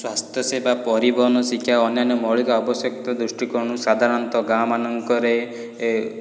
ସ୍ୱାସ୍ଥ୍ୟସେବା ପରିବହନ ଶିକ୍ଷା ଅନ୍ୟାନ୍ୟ ମୌଳିକ ଆବଶ୍ୟକତା ଦୃଷ୍ଟିକୋଣରୁ ସାଧାରଣତଃ ଗାଁମାନଙ୍କରେ